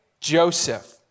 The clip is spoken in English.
Joseph